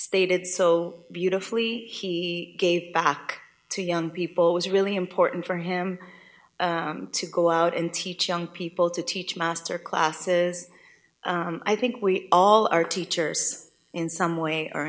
stated so beautifully he gave back to young people was really important for him to go out and teach young people to teach master classes i think we all are teachers in some way or